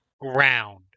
ground